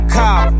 call